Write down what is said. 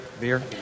beer